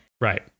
Right